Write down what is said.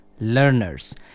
Learners